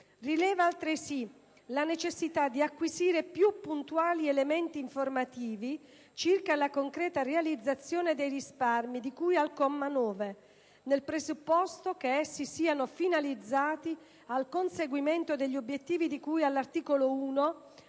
Rileva altresì la necessità di acquisire più puntuali elementi informativi circa la concreta realizzazione dei risparmi di cui al comma 9, nel presupposto che essi siano finalizzati al conseguimento degli obiettivi di cui all'articolo 1,